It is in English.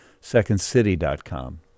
secondcity.com